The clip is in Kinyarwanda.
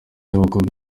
y’abakobwa